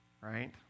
right